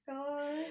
LOL